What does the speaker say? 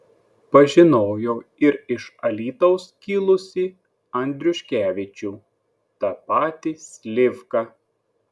pažinojau ir iš alytaus kilusį andriuškevičių tą patį slivką